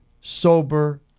sober